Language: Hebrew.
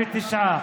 49%,